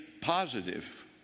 positive